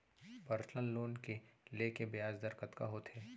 Personal loan ले के ब्याज दर कतका होथे?